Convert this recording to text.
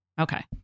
Okay